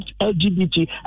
LGBT